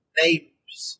neighbors